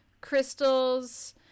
crystals